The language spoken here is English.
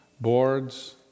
boards